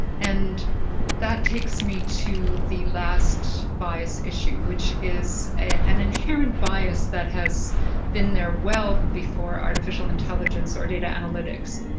and that takes me to the last bias issue, which is an inherent bias that has been there well before artificial intelligence or data analytics,